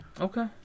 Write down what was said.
Okay